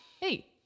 hey